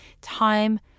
time